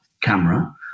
camera